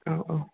औ औ